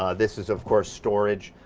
um this is of course storage.